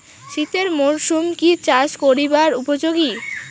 শীতের মরসুম কি চাষ করিবার উপযোগী?